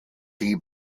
die